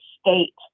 state